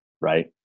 right